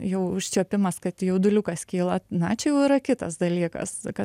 jau užčiuopimas kad jauduliukas kyla na čia jau yra kitas dalykas kad